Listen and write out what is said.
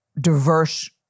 diverse